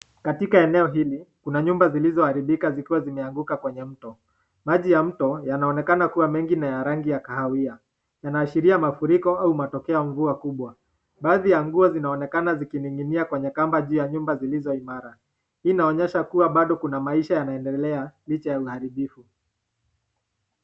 Katika eneo hili kuna nyumba zilizoharibika zikiwa kwenye mto. Maji ya mto yanaonekana kuwa mengi na ya rangi ya kahawia. Yanaashiria mafuriko ama matokeo ya mvua kubwa. Baadhi ya nguo inaonekana zikining'inia kwenye kamba juu ya nyumba zilizo imara. Hii inaonyesha bado kuna maisha yanaendelea licha ya uharibifu.